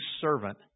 servant